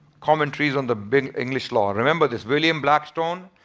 commentaries on the big english law. remember this william blackstone,